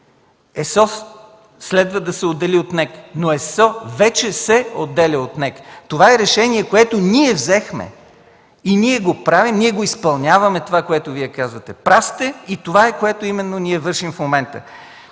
ЕСО следва да се отдели от НЕК, но ЕСО вече се отделя от НЕК. Това е решение, което ние взехме, ние го правим и го изпълняваме – това, което Вие казвате. Прав сте, и това е нещо, което ние вършим в момента.